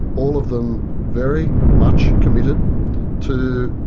all of them very much committed to